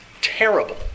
terrible